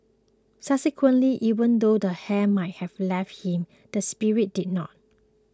subsequently even though the hair might have left him the spirit did not